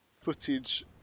footage